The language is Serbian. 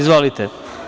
Izvolite.